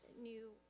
new